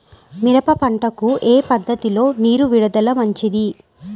మిరప పంటకు ఏ పద్ధతిలో నీరు విడుదల మంచిది?